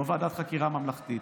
לא ועדת חקירה ממלכתית.